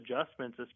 adjustments